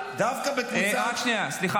נדירים שבהם נפגע אזרח ישראלי --- תומך טרור,